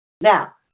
Now